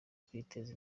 kwiteza